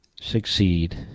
succeed